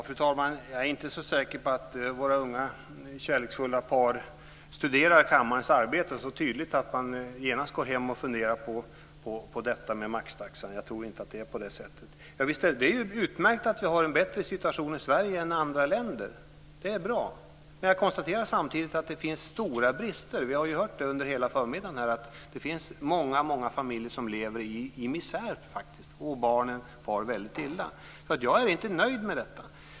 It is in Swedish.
Fru talman! Jag är inte så säker på att våra unga, kärleksfulla par studerar kammarens arbete så tydligt att man genast går hem och funderar på detta med maxtaxan. Jag tror inte att det är på det sättet. Det är utmärkt att vi har en bättre situation i Sverige än i andra länder. Det är bra. Men jag konstaterar samtidigt att det finns stora brister. Vi har ju hört under hela förmiddagen att det finns många familjer som faktiskt lever i misär, och där barnen far väldigt illa. Så jag är inte nöjd med detta.